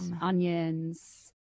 onions